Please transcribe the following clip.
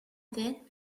then